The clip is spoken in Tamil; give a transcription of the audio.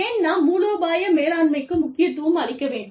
ஏன் நாம் மூலோபாய மேலாண்மைக்கு முக்கியத்துவம் அளிக்க வேண்டும்